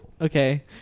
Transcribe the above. okay